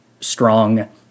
strong